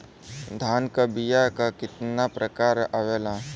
धान क बीया क कितना प्रकार आवेला?